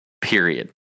period